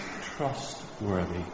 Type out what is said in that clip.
trustworthy